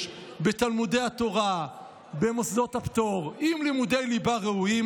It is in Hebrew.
בתלמודי התורה במוסדות הפטור עם לימודי ליבה ראויים,